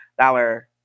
dollar